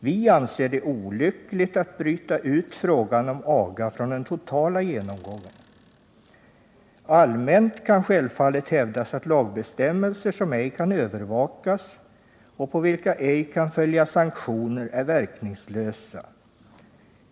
——— Vi anser det olyckligt att bryta ut frågan om aga från den totala genomgången. —-—-- Allmänt kan självfallet hävdas att lagbestämmelser som ej kan övervakas och på vilka ej kan följas sanktioner är verkningslösa.